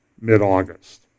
mid-August